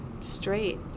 straight